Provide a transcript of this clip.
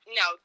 no